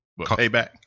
Payback